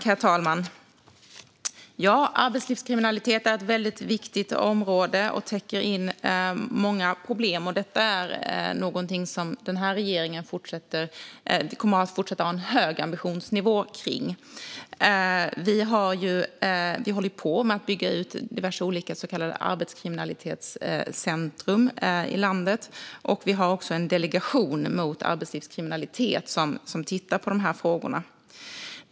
Herr talman! Arbetslivskriminalitet är ett område som täcker in många problem, och regeringen kommer att fortsätta att ha en hög ambitionsnivå här. Vi håller på att bygga upp olika arbetslivskriminalitetscentrum i landet, och vi har även en delegation mot arbetslivskriminalitet som tittar på dessa frågor.